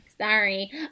sorry